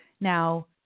Now